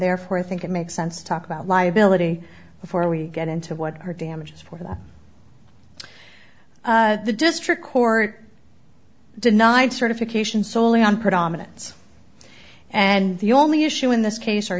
therefore i think it makes sense to talk about liability before we get into what her damages for the the district court denied certification solely on predominance and the only issue in this case